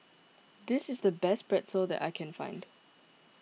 this is the best Pretzel that I can find